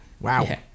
wow